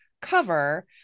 cover